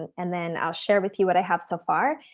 and then i'll share with you what i have so far.